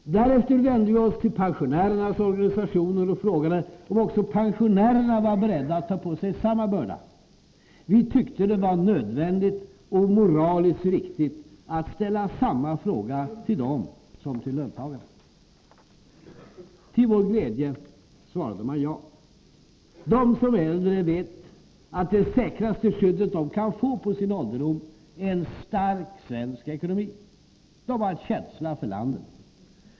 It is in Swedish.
Därefter vände vi oss till pensionärernas organisationer och frågade om pensionärerna var beredda att ta på sig samma börda. Vi tyckte det var nödvändigt och moraliskt riktigt att ställa samma fråga till dem som till löntagarna. Till vår glädje svarade man ja. De som är äldre vet att det säkraste skyddet de kan få på sin ålderdom är en stark svensk ekonomi. De har känsla för landet.